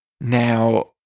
Now